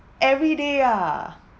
everyday ah